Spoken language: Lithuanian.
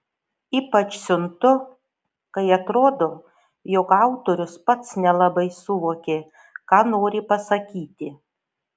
ypač siuntu kai atrodo jog autorius pats nelabai suvokė ką nori pasakyti